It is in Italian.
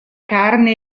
carne